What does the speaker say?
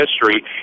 history